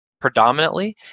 predominantly